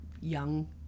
young